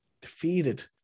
defeated